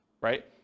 right